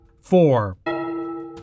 Four